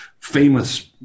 famous